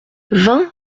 vingt